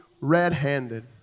red-handed